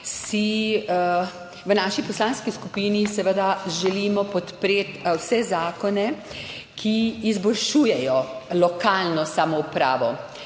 v naši poslanski skupini seveda želimo podpreti vse zakone, ki izboljšujejo lokalno samoupravo.